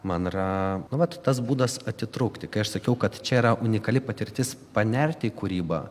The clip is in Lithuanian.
man yra nu vat tas būdas atitrūkti kai aš sakiau kad čia yra unikali patirtis panerti į kūrybą